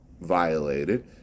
violated